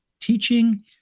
teaching